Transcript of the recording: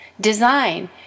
design